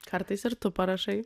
kartais ir tu parašai